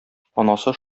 анасы